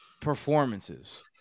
performances